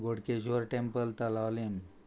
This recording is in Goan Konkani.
गोडकेश्वर टॅम्पल तलावलीम